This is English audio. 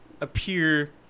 appear